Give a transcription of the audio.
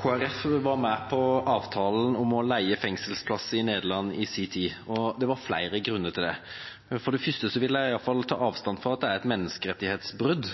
Folkeparti var med på avtalen om å leie fengselsplasser i Nederland i sin tid. Det var flere grunner til det, men først vil jeg ta avstand fra at det er et menneskerettighetsbrudd